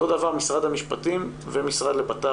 אותו דבר לגבי משרד המשפטים והמשרד לביטחון פנים.